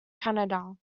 canada